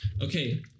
Okay